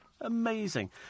amazing